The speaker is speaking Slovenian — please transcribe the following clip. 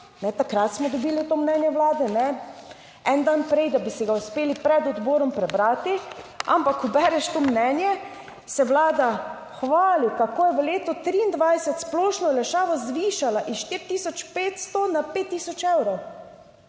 takrat smo dobili to mnenje Vlade, kajne? En dan prej, da bi si ga uspeli pred odborom prebrati, ampak ko bereš to mnenje, se Vlada hvali, kako je v letu 2023 splošno olajšavo zvišala iz 4 tisoč 500 na